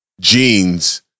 jeans